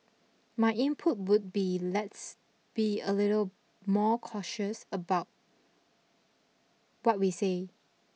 my input would be let's be a little more cautious about what we say